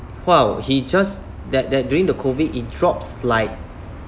!wow! he just that that during the COVID it drops like